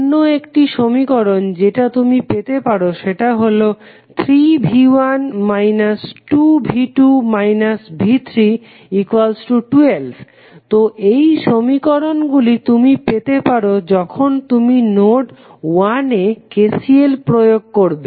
অন্য একটি সমীকরণ যেটা তুমি পেতে পারো সেটা হলো 3V1 2V2 V312 তো এই সমীকরণগুলি তুমি পেতে পারো যখন তুমি নোড 1 এ KCL প্রয়োগ করবে